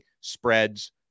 spreads